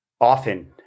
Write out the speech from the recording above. often